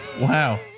Wow